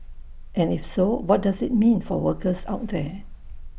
and if so what does IT mean for workers out there